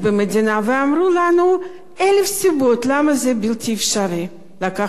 אמרו לנו אלף סיבות למה זה בלתי אפשרי לקחת מס יסף.